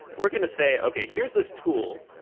we're going to say, okay. here's this tool.